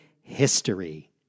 history